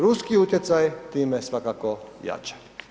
Ruski utjecaj time svakako jača.